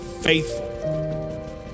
faithful